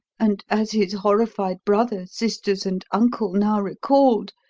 and, as his horrified brother, sisters, and uncle now recalled,